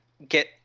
get